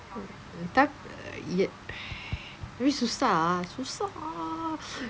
mm tapi ya ini susah ah susah